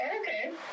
Okay